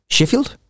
Sheffield